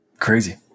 Crazy